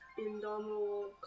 Indomitable